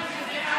לא ידענו שזאת את.